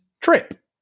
Trip